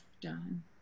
done